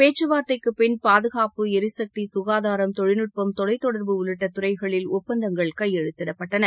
பேச்சுவார்த்தைக்குப்பின் பாதுகாப்பு எரிசக்தி சுகாதாரம் தொழில்நட்பம் தொலைத் தொடர்பு உள்ளிட்ட துறைகளில் ஒப்பந்தங்கள் கையெழுத்திடப்பட்டன